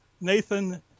Nathan